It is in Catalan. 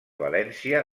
valència